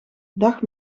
dag